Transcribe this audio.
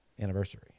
anniversary